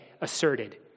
asserted